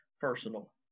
Personal